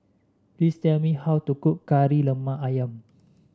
please tell me how to cook Kari Lemak ayam